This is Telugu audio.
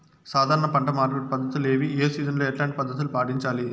సాధారణ పంట మార్పిడి పద్ధతులు ఏవి? ఏ సీజన్ లో ఎట్లాంటి పద్ధతులు పాటించాలి?